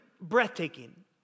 breathtaking